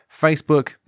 Facebook